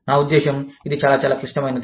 నా ఉద్దేశ్యం ఇది చాలా చాలా చాలా క్లిష్టమైనది